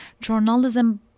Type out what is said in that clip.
journalism